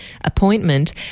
appointment